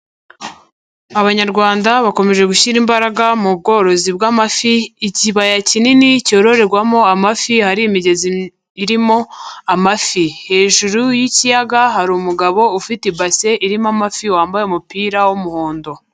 Abanyarwanda bakomeje gushyira imbaraga mu bworozi bw'amafi, ikibaya kinini cyororerwamo amafi hari imigezi irimo amafi, hejuru y'ikiyaga hari umugabo ufite ibase irimo amafi wambaye umupira w'umuhondo.